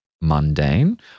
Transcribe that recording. mundane